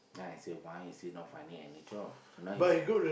then I say why is he not finding any job now he's